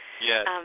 Yes